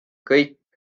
kõik